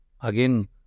Again